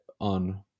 on